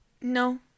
no